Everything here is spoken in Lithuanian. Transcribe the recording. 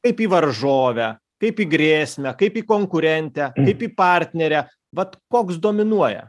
kaip į varžovę kaip į grėsmę kaip į konkurentę kaip į partnerę vat koks dominuoja